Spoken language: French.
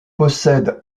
possède